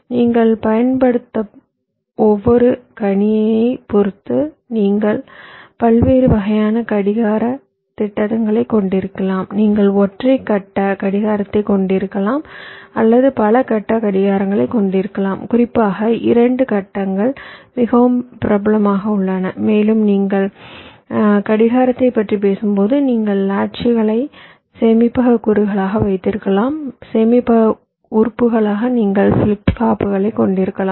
நீங்கள் பயன்படுத்தும் கணினியைப் பொறுத்து நீங்கள் பல்வேறு வகையான கடிகாரத் திட்டங்களைக் கொண்டிருக்கலாம் நீங்கள் ஒற்றை கட்ட கடிகாரத்தைக் கொண்டிருக்கலாம் அல்லது பல கட்ட கடிகாரங்களைக் கொண்டிருக்கலாம் குறிப்பாக இரண்டு கட்டங்கள் மிகவும் பிரபலமாக உள்ளன மேலும் நீங்கள் கடிகாரத்தைப் பற்றி பேசும்போது நீங்கள் லாட்சுகளை சேமிப்பக கூறுகளாக வைத்திருக்கலாம் சேமிப்பக உறுப்புகளாக நீங்கள் ஃபிளிப் ஃப்ளாப்புகளைக் கொண்டிருக்கலாம்